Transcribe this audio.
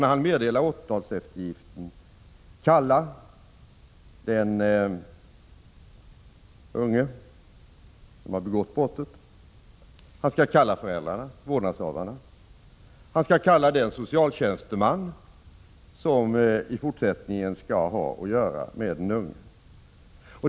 När han meddelar åtalseftergiften skall han kalla den unge som har begått brottet, föräldrarna eller andra vårdnadshavare och den socialtjänsteman som i fortsättningen skall ha att göra med den unge.